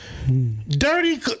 Dirty